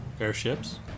Airships